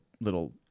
little